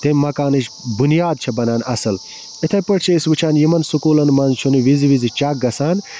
تَمہِ مکانٕچ بنیاد چھےٚ بنان اَصٕل یِتھَے پٲٹھۍ چھِ أسۍ وٕچھان یِمَن سُکوٗلَن منٛز چھُنہٕ وِزِ وِزِ چیٚک گژھان